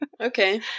Okay